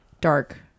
dark